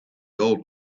old